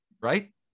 Right